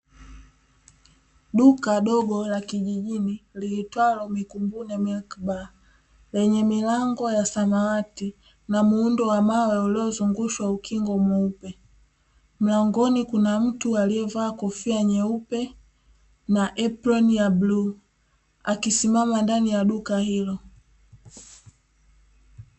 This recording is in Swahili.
Duka dogo la kijijini liliitwalo "MIKUNGUNI MILK BAR", lenye milango ya samawati na muundo wa mawe uliyozungushwa ukingo mweupe. Mlangoni kuna mtu aliyevaa kofia nyeupe na eproni ya bluu, akisimama ndani ya duka hilo.